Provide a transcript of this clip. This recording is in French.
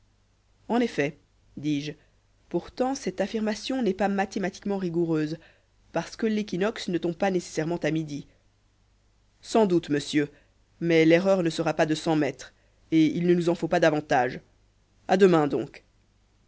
en effet dis-je pourtant cette affirmation n'est pas mathématiquement rigoureuse parce que l'équinoxe ne tombe pas nécessairement à midi sans doute monsieur mais l'erreur ne sera pas de cent mètres et il ne nous en faut pas davantage a demain donc